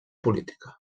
política